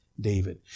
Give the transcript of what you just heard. David